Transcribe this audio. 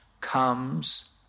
comes